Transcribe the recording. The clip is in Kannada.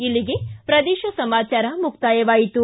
ಇಲ್ಲಿಗೆ ಪ್ರದೇಶ ಸಮಾಚಾರ ಮುಕ್ತಾಯವಾಯಿತು